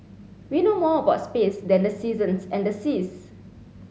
we know more about space than the seasons and the seas